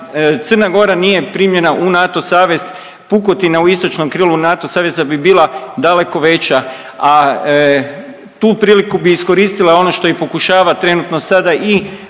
Crna Gora nije primljena u NATO savez pukotina u istočnom krilu NATO saveza bi bila daleko veća, a tu priliku bi iskoristila i ono što i pokušava trenutno sada i